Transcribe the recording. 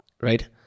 Right